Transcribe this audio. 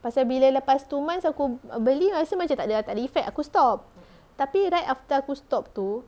pasal bila lepas two months aku rasa macam takde effect aku stop tapi right after aku stop tu